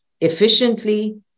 efficiently